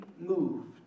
moved